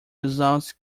results